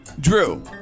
Drew